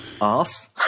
Ass